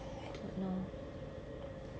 damn I don't know